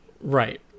Right